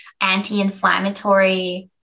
anti-inflammatory